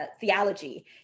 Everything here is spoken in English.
theology